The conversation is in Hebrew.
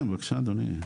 כן, בבקשה אדוני.